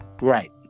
right